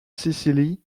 sicily